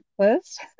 first